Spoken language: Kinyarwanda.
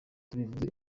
tubivuze